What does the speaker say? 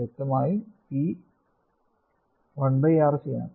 വ്യക്തമായും p 1 RC ആണ്